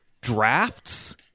drafts